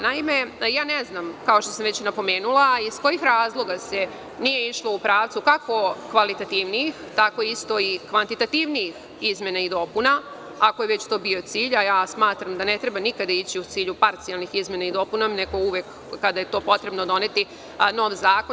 Naime, kao što sam već napomenula, ne znam iz kojih razloga se nije išlo u pravcu kako kvalitativnijih, tako i kvantitativnijih izmena i dopuna, ako je već to bio cilj, a smatram da ne treba nikad ići u cilju parcijalnih izmena i dopuna, nego uvek kada je potrebno doneti nov zakon.